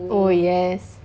oh yes